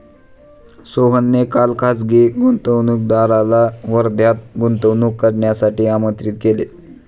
सोहनने काल खासगी गुंतवणूकदाराला वर्ध्यात गुंतवणूक करण्यासाठी आमंत्रित केले